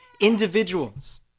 individuals